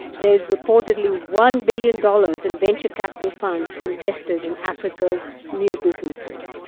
there's reportedly one billion dollars in venture capital funds invested in africa's new businesses.